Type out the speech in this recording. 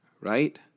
right